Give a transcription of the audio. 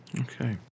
Okay